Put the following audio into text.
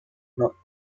not